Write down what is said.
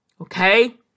Okay